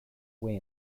way